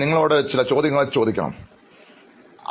നിങ്ങളോട് കുറച്ച് ചോദ്യങ്ങൾ ചോദിക്കേണ്ടതുണ്ട്